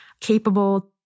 capable